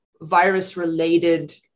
virus-related